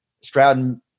Stroud